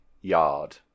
yard